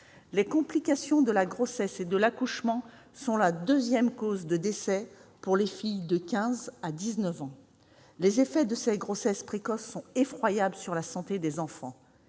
Les complications de la grossesse et de l'accouchement sont la deuxième cause de décès des filles de 15 ans à 19 ans. Les effets de ces grossesses précoces sont effroyables sur la santé des enfants.